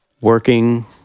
working